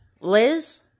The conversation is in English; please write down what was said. Liz